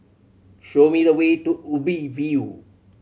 show me the way to Ubi View